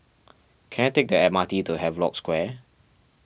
can I take the M R T to Havelock Square